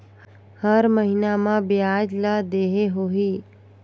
हर महीना मा ब्याज ला देहे होही?